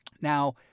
Now